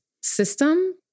system